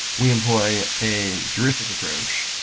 we employ a heuristic approach.